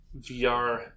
VR